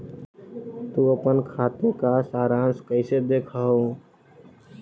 तु अपन खाते का सारांश कैइसे देखअ हू